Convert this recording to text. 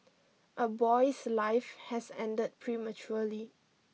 a boy's life has ended prematurely